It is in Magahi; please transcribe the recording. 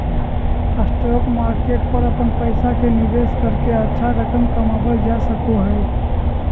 स्टॉक मार्केट पर अपन पैसा के निवेश करके अच्छा रकम कमावल जा सको हइ